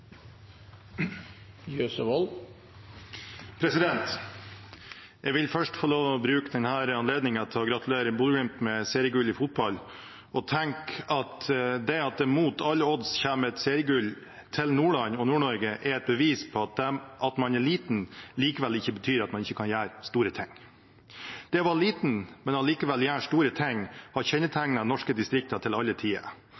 Jeg vil først få lov å bruke denne anledningen til å gratulere Bodø/Glimt med seriegullet i fotball, og tenker at det at det mot alle odds kommer et seriegull til Nordland og Nord-Norge, er et bevis på at om man er liten, betyr det allikevel ikke at man ikke kan gjøre store ting. Det å være liten, men allikevel gjøre store ting har